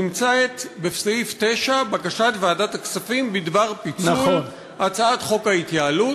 נמצא בסעיף 9 את בקשת ועדת הכספים בדבר פיצול הצעת חוק ההתייעלות.